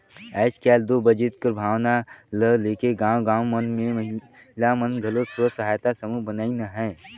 आएज काएल दो बचेत कर भावना ल लेके गाँव गाँव मन में महिला मन घलो स्व सहायता समूह बनाइन अहें